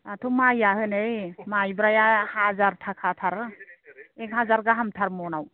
दाथ' माया है माइब्राया हाजार थाखाथार एग हाजार गाहामथार मनाव